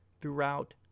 throughout